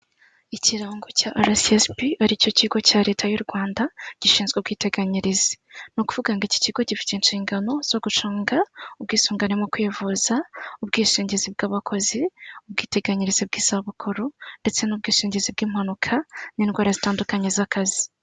Ikirango cya ara esisi bi aricyo kigo cya leta y' u Rwanda gishinzwe ubwiteganyirize ni ukuvuga ngo iki kigo gifite inshingano zo gucunga ubwisungane mu kwivuza, ubwishingizi bw'abakozi, ubwiteganyirize bw'izabukuru, ndetse n'ubwishingizi bw'impanuka n'indwara zitandukanye z'akazi.